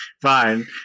fine